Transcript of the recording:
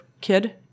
kid